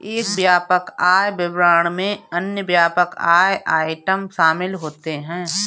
एक व्यापक आय विवरण में अन्य व्यापक आय आइटम शामिल होते हैं